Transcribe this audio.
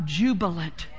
jubilant